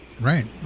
Right